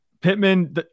Pittman